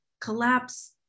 Collapse